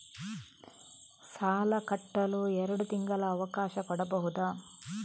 ಸಾಲ ಕಟ್ಟಲು ಎರಡು ತಿಂಗಳ ಅವಕಾಶ ಕೊಡಬಹುದಾ?